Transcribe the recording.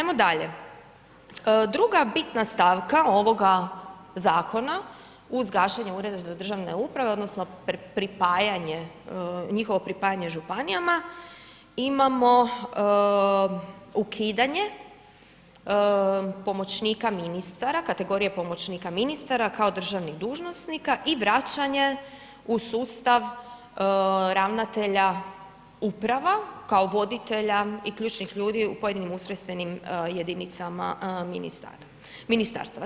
Ajmo dalje, druga bitna stavka ovoga zakona uz gašenje ureda za državne uprave odnosno pripajanje, njihovo pripajanje županijama imamo ukidanje pomoćnika ministara, kategorije pomoćnika ministara kao državnih dužnosnika i vraćanje u sustav ravnatelja uprava, kao voditelja i ključnih ljudi u pojedinim ustrojstvenim jedinicama ministara, ministarstava.